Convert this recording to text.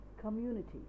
community